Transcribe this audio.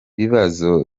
bibazo